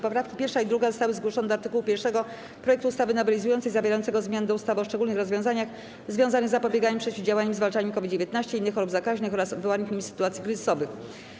Poprawki 1. i 2. zostały zgłoszone do art. 1 projektu ustawy nowelizującej zawierającego zmiany do ustawy o szczególnych rozwiązaniach związanych z zapobieganiem, przeciwdziałaniem i zwalczaniem COVID-19, innych chorób zakaźnych oraz wywołanych nimi sytuacji kryzysowych.